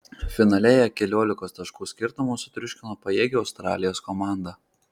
finale jie keliolikos taškų skirtumu sutriuškino pajėgią australijos komandą